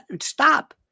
stop